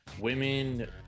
women